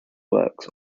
works